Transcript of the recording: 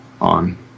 on